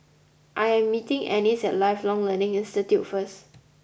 I am meeting Annis at Lifelong Learning Institute first